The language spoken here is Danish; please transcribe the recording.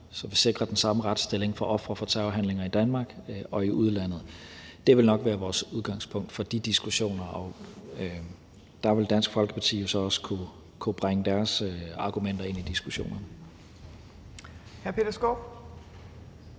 så vi sikrer den samme retsstilling for ofre for terrorhandlinger i Danmark og i udlandet. Det vil nok være vores udgangspunkt for de diskussioner, og der vil Dansk Folkeparti jo så også kunne bringe deres argumenter ind i diskussionen.